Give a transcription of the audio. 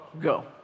go